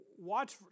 watch